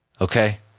Okay